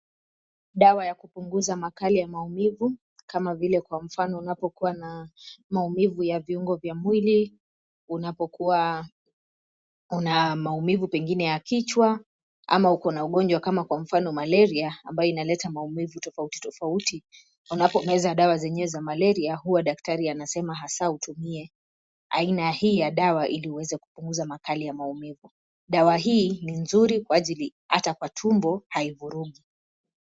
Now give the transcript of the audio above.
Dawa ya kupunguza makali ya maumivu, kama vile kwa mfano unapokuwa na maumivu ya viungo vya mwili, unapokuwa una maumivu pengine ya kichwa ama uko na ugonjwa kama kwa mfano malaria ambayo inaleta maumivu tofauti tofauti. Unapomeza dawa zenyewe za malaria, huwa daktari anasema hasa utumie aina hii ya dawa ili uweze kupunguza makali ya maumivu. Dawa hii ni nzuri kwa ajiri ata kwa tumbo, haivurugi.